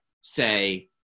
say